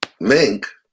mink